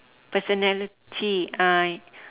personality uh